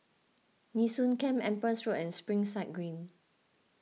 Nee Soon Camp Empress Road and Springside Green